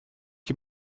qui